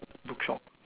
bookshop